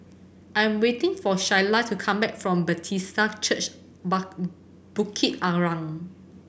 I'm waiting for Shayla to come back from Bethesda Church but Bukit Arang